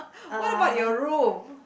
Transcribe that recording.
what about your room